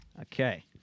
Okay